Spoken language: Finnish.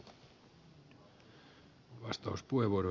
arvoisa puhemies